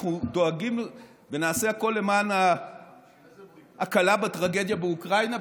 אנחנו דואגים ונעשה הכול למען ההקלה בטרגדיה באוקראינה,